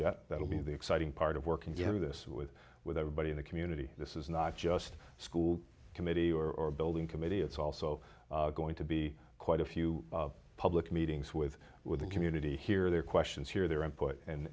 yet that will be the exciting part of working here this with with everybody in the community this is not just school committee or building committee it's also going to be quite a few public meetings with with the community here their questions hear their input and